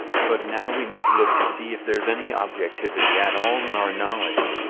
but now we must look to see if there's any objectivity at all in our knowledge.